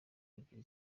kugira